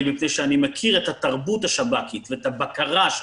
מפני שאני מכיר את התרבות השב"כית ואת הבקרה השב"כית.